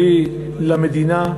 כלי למדינה,